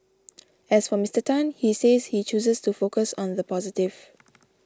as for Mister Tan he says he chooses to focus on the positive